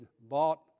bought